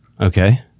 Okay